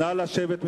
נא לשבת.